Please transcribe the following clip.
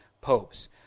popes